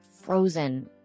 frozen